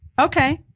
Okay